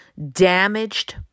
Damaged